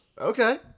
okay